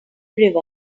river